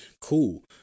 Cool